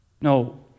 No